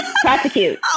prosecute